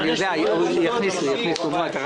הוא נושא של ועדת הפנים.